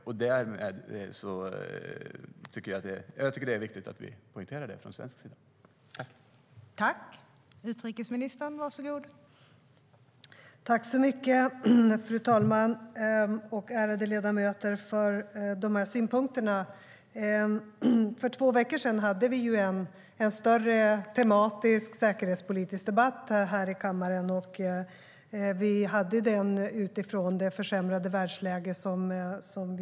Jag tycker att det är viktigt att vi poängterar det från svensk sida.